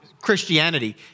Christianity